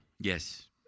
yes